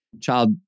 child